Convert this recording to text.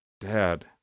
Dad